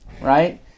Right